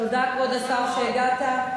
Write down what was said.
תודה, כבוד השר, שהגעת.